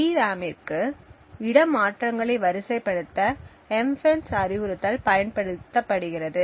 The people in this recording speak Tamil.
டிராமிற்கு இடமாற்றங்களை வரிசைப்படுத்த எம்பெண்ஸ் அறிவுறுத்தல் பயன்படுத்தப்படுகிறது